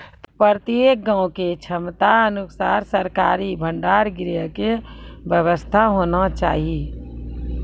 प्रत्येक गाँव के क्षमता अनुसार सरकारी भंडार गृह के व्यवस्था होना चाहिए?